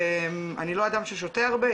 אני לא אדם ששותה הרבה,